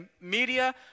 media